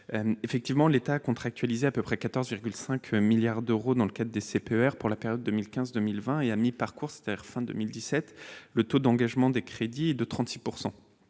effectivement contractualisé environ 14,5 milliards d'euros dans le cadre des CPER pour la période 2015-2020. À mi-parcours, c'est-à-dire à la fin de 2017, le taux d'engagement des crédits était de 36 %.